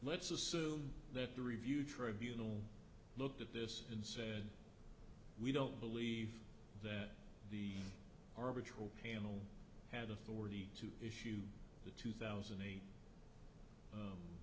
let's assume that the review tribunal looked at this and said we don't believe that the arbitral panel had authority to issue the two thousand and eight